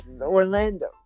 Orlando